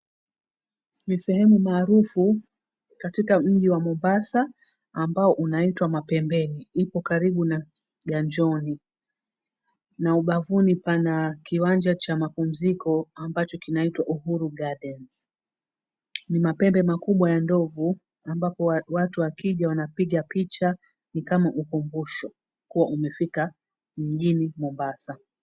Ni sehemu maarufu katika mji wa Mombasa, ambao unaitwa Mapembeni. Ipo karibu na Ganjoni. Na ubavuni pana kiwanja cha mapumziko ambacho kinaitwa Uhuru Gardens. Ni mapembe makubwa ya ndovu, ambapo watu wakija wanapiga picha. Ni kama makumbusho kuwa umefika mjini Mombasa.